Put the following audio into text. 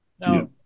Now